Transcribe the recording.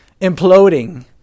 imploding